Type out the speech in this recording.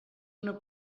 una